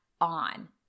on